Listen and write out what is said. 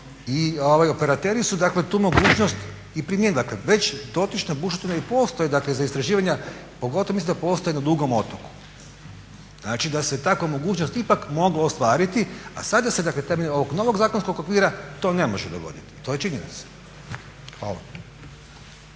i operateri su dakle tu mogućnost i …, dakle već dotične bušotine i postoje dakle za istraživanja, pogotovo mislim da postoje na Dugom otoku. Znači da se takva mogućnost ipak mogla ostvariti, a sada se dakle temeljem ovog novog zakonskog okvira to ne može dogoditi, to je činjenica. Hvala.